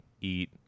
eat